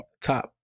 top